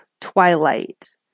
twilight